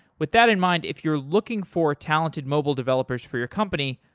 with that in mind, if you're looking for talented mobile developers for your company,